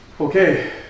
Okay